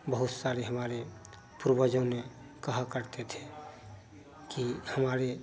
बहुत सारे हमारे पुर्वजों ने कहा करते थे कि हमारे